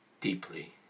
deeply